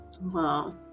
Wow